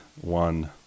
one